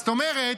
--- זאת אומרת,